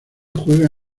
juega